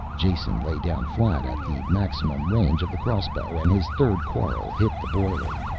jason lay down flat at the maximum range of the crossbow and his third quarrel hit the boiler.